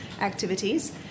activities